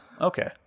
okay